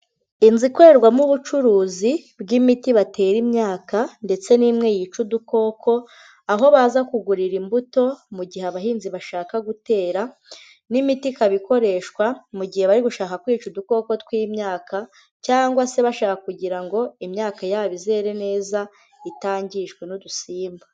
Inzu ikorerwamo ubucuruzi bw'imiti batera imyaka ndetse n'imwe yica udukoko, aho baza kugurira imbuto mu gihe abahinzi bashaka gutera n'imiti ikaba ikoreshwa mu gihe bari gushaka kwica udukoko tw'imyaka cyangwa se bashaka kugira ngo imyaka yabo izere neza itangijwe n'udusimba.